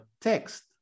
text